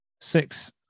Six